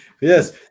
Yes